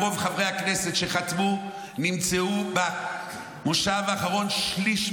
רוב חברי הכנסת שחתמו נמצאו במושב האחרון שליש ממני,